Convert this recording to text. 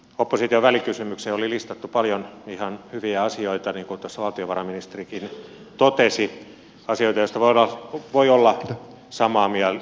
opposition välikysymykseen oli listattu paljon ihan hyviä asioita niin kuin tässä valtiovarainministerikin totesi asioita joista voi olla samaa mieltä